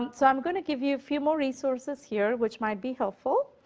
um so, i'm going to give you a few more resources here which might be helpful.